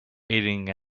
aiding